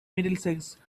middlesex